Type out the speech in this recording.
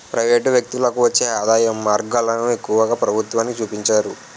private వ్యక్తులకు వచ్చే ఆదాయం మార్గాలను ఎక్కువగా ప్రభుత్వానికి చూపించరు